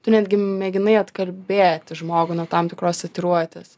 tu netgi mėginai atkalbėti žmogų nuo tam tikros tatuiruotės